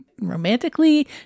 romantically